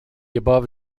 above